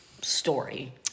story